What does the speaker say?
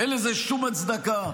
אין לזה שום הצדקה,